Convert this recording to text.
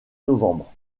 novembre